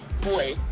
boy